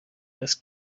this